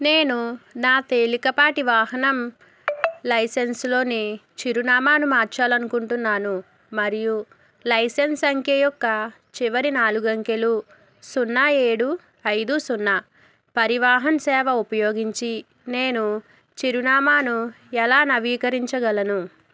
నేను నా తేలికపాటి వాహనం లైసెన్స్లోని చిరునామాను మార్చాలనుకుంటున్నాను మరియు లైసెన్స్ సంఖ్య యొక్క చివరి నాలుగు అంకెలు సున్నా ఏడు ఐదు సున్నా పరివాహన్ సేవ ఉపయోగించి నేను చిరునామాను ఎలా నవీకరించగలను